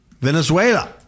Venezuela